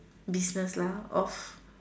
business lah of